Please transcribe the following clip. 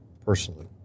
personally